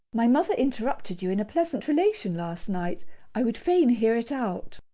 my mother interrupted you in a pleasant relation last night i would fain hear it out.